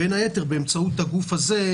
בין היתר באמצעות הגוף הזה,